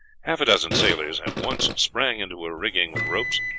half a dozen sailors at once sprang into her rigging with ropes,